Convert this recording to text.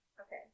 Okay